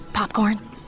Popcorn